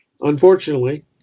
Unfortunately